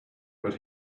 but